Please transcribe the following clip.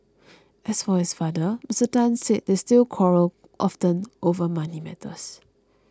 as for his father Mr Tan said they still quarrel often over money matters